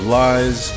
lies